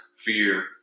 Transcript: fear